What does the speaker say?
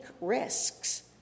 risks